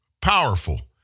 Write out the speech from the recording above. powerful